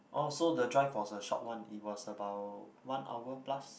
oh so the drive was a short one it was about one hour plus